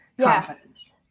confidence